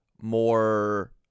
more